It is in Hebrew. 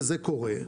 וזה קורה,